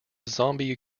zombie